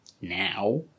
now